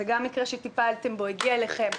זה גם מקרה שטיפלתם בו והגיע אליכם.